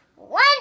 One